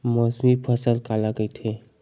मौसमी फसल काला कइथे?